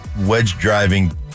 wedge-driving